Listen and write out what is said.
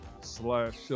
slash